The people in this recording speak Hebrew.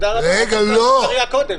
יכולים לבוא 30 עם הנעל.